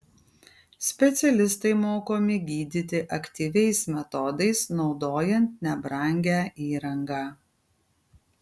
specialistai mokomi gydyti aktyviais metodais naudojant nebrangią įrangą